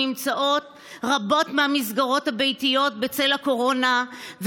נמצאות רבות מהמסגרות הביתיות בצל הקורונה,